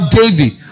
david